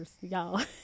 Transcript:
y'all